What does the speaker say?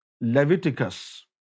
Leviticus